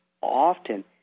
often